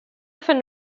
often